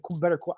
better